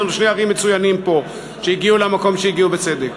יש לנו פה ראשי ערים מצוינים שהגיעו למקום שהגיעו בצדק.